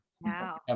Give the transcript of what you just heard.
wow